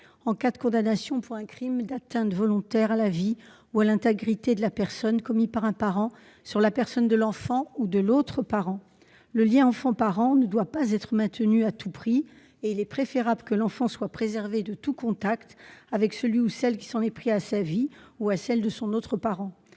en cas de condamnation pour un crime d'atteinte volontaire à la vie ou à l'intégrité de la personne, commis par un parent sur la personne de l'enfant ou de l'autre parent. Le lien enfant-parent ne doit pas être maintenu à tout prix et il est préférable que l'enfant soit préservé de tout contact avec celui qui s'en est pris à sa vie ou à celle de son autre parent.